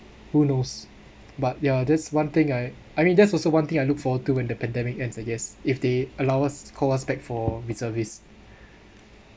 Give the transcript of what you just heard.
who knows but ya that's one thing I I mean that's also one thing I look forward to when the pandemic ends I guess if they allow us call us back for reservist